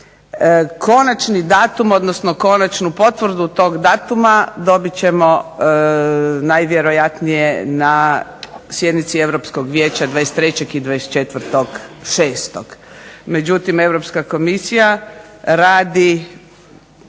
Konačni datum odnosno konačnu potvrdu tog datuma dobit ćemo najvjerojatnije na sjednici Europskog vijeća 24. i 25. 6. Međutim, Europska komisija radi